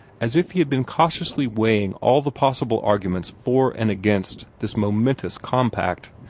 as if he had been cautiously weighing all the possible arguments for and against this momentous compact.